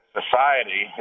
society